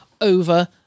over